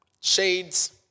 shades